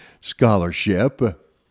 Scholarship